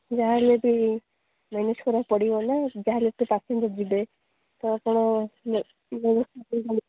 ଯାହା ହେଲେବି ମ୍ୟାନେଜ୍ କରିଆକୁ ପଡ଼ିବନା ଯାହା ହେଲେ ଏତେ ପ୍ୟାସେଞ୍ଜର୍ ଯିବେ ତ ଆପଣ